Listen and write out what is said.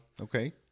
Okay